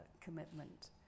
commitment